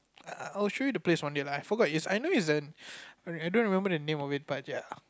err I will show you the place one day lah I forgot is I know it's an I don't remember the name of it but ya